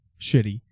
shitty